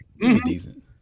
Decent